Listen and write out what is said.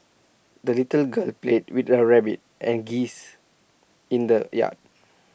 the little girl played with her rabbit and geese in the yard